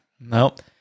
Nope